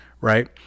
right